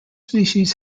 species